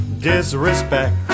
disrespect